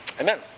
Amen